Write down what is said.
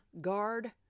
guard